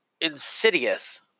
insidious